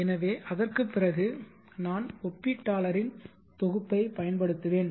எனவே அதற்குப் பிறகு நான் ஒப்பீட்டாளரின் தொகுப்பைப் பயன்படுத்துவேன்